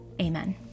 Amen